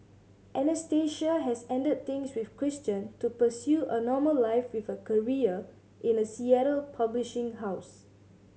Anastasia has ended things with Christian to pursue a normal life with a career in a Seattle publishing house